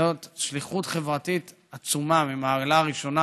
זאת שליחות חברתית עצומה, מהמעלה הראשונה,